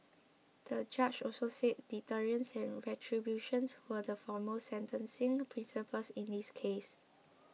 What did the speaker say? the judge also said deterrence and retributions were the foremost sentencing principles in this case